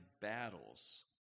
battles